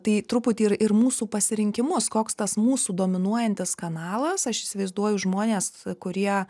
tai truputį ir ir mūsų pasirinkimus koks tas mūsų dominuojantis kanalas aš įsivaizduoju žmonės kurie